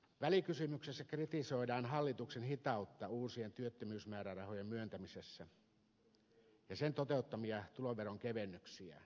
välikysymyksessä kritisoidaan hallituksen hitautta uusien työttömyysmäärärahojen myöntämisessä ja sen toteuttamia tuloveronkevennyksiä